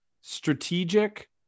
strategic